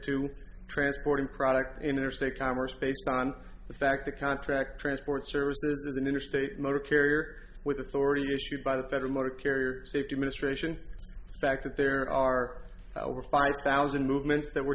to transporting product in interstate commerce based on the fact the contract transport service is an interstate motor carrier with authority issued by the federal motor carrier safety administration fact that there are over five thousand movements that were